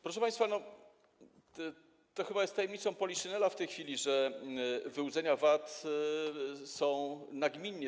Proszę państwa, to chyba jest tajemnica poliszynela w tej chwili, że wyłudzenia VAT są nagminne.